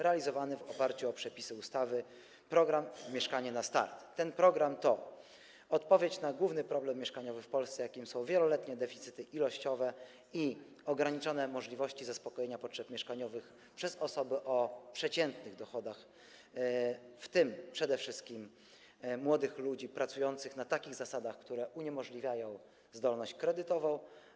Realizowany w oparciu o przepisy ustawy program „Mieszkanie na start” to odpowiedź na główny problem mieszkaniowy w Polsce, jakim są wieloletnie deficyty ilościowe i ograniczone możliwości zaspokojenia potrzeb mieszkaniowych przez osoby o przeciętnych dochodach, w tym przede wszystkim przez młodych ludzi pracujących na takich zasadach, które uniemożliwiają posiadanie zdolności kredytowej.